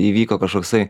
įvyko kažkoksai